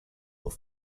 will